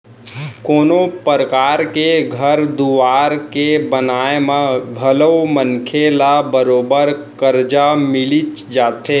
कोनों परकार के घर दुवार के बनाए म घलौ मनखे ल बरोबर करजा मिलिच जाथे